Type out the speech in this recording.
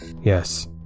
yes